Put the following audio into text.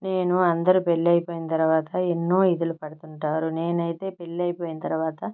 నేను అందరి పెళ్ళయిపోయిన తర్వాత ఎన్నో ఇదులు పడుతుంటారు నేనయితే పెళ్లి అయిపోయిన తర్వాత